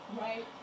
Right